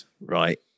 right